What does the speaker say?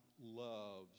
loves